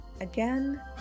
again